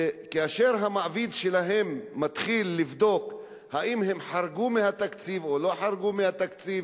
כאשר המעביד שלהם מתחיל לבדוק אם הם חרגו מהתקציב או לא חרגו מהתקציב,